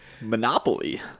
Monopoly